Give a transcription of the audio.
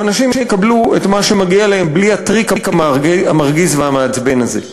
והאנשים יקבלו את מה שמגיע להם בלי הטריק המרגיז והמעצבן הזה.